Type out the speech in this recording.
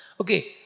Okay